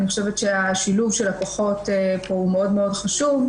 אני חושבת שהשילוב של הכוחות פה הוא מאוד מאוד חשוב.